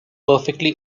perfectly